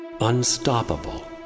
Unstoppable